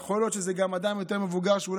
יכול להיות שזה גם אדם יותר מבוגר שאולי